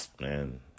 man